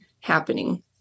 happening